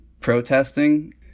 protesting